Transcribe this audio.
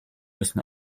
müssen